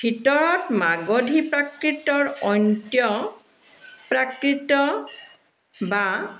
ভিতৰত মাগধী প্ৰাকৃতৰ অন্ত্য প্ৰাকৃত বা